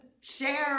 share